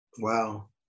Wow